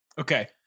Okay